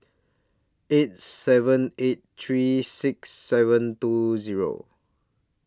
eight seven eight three six seven two Zero